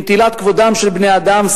מנטילת כבודם של בני-אדם,